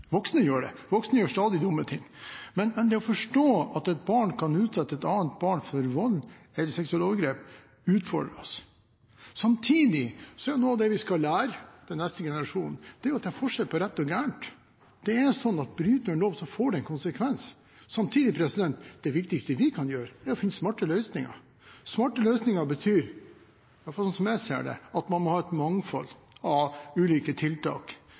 Voksne gjør det, voksne gjør stadig dumme ting, men det å forstå at et barn kan utsette et annet barn for vold eller seksuelle overgrep, utfordrer oss. Samtidig er noe av det vi skal lære den neste generasjonen, at det er forskjell på rett og galt. Det er sånn at bryter man en lov, får det en konsekvens. Det viktigste vi kan gjøre, er å finne smarte løsninger. Smarte løsninger betyr – iallfall sånn som jeg ser det – at man må ha et mangfold av ulike tiltak,